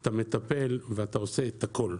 אתה מטפל ואתה עושה את הכול,